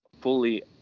fully